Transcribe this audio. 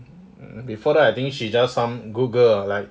before that I think she just some good girl ah like